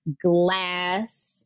glass